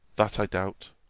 that, i doubt,